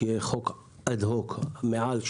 שיהיה חוק שעובר מעל,